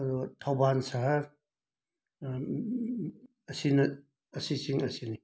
ꯑꯗꯨꯒ ꯊꯧꯕꯥꯜ ꯁꯍꯔ ꯑꯁꯤꯅ ꯑꯁꯤꯁꯤꯡ ꯑꯁꯤꯅꯤ